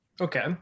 Okay